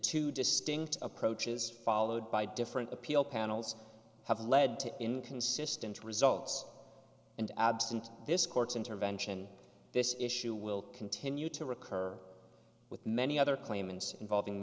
two distinct approaches followed by different appeal panels have led to inconsistent results and absent this court's intervention this issue will continue to recur with many other claimants involving